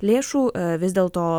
lėšų vis dėlto